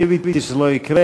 קיוויתי שזה לא יקרה.